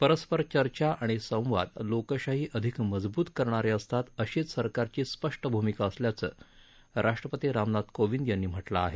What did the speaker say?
परस्पर चर्चा आणि संवाद लोकशाही अधिक मजबूत करणारे असतात अशीच सरकारची स्पष्ट भूमिका असल्याचं राष्ट्रपती रामनाथ कोविंद यांनी म्हटलं आहे